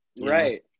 Right